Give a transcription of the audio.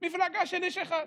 מפלגה של איש אחד.